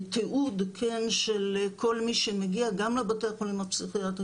תיעוד של כל מי שמגיע גם לבתי החולים הפסיכיאטריים,